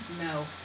No